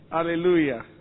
Hallelujah